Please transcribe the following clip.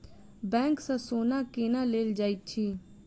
bank सँ सोना केना लेल जाइत अछि